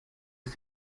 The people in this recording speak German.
ist